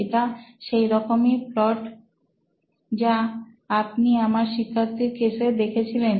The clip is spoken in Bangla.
এটা সেই রকমেরই প্লট জাভাপনি আমার শিক্ষার্থীর কেসে দেখেছিলেন